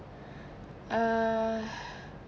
err